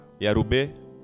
Yarube